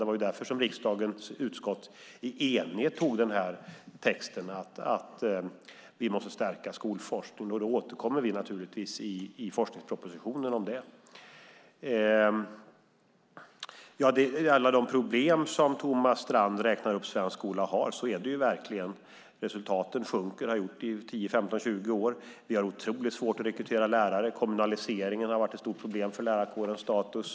Det var därför som riksdagens utskott i enighet antog den här texten om att vi måste stärka skolforskningen. Då återkommer vi naturligtvis i forskningspropositionen om det. Thomas Strand räknar upp alla de problem som svensk skola har. Så är det verkligen. Resultaten sjunker och har gjort det i 10, 15, 20 år. Vi har otroligt svårt att rekrytera lärare. Kommunaliseringen har varit ett stort problem för lärarkårens status.